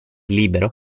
libero